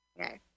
Okay